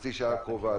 בחצי השעה הקרובה.